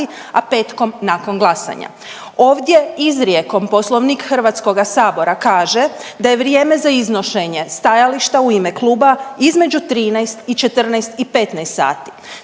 a petkom nakon glasanja. Ovdje izrijekom Poslovnik Hrvatskoga sabora kaže da je vrijeme za iznošenje stajališta u ime kluba između 13 i 14 i 15 sati.